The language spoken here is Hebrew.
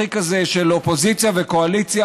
המצחיק הזה של אופוזיציה וקואליציה,